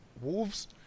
Wolves